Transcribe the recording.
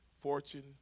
fortune